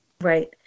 Right